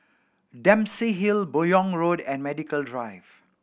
Dempsey Hill Buyong Road and Medical Drive